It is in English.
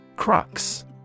Crux